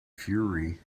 fury